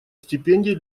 стипендий